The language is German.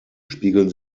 spiegeln